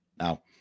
Now